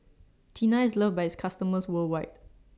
Tena IS loved By its customers worldwide